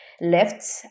left